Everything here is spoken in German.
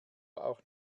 auch